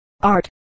Art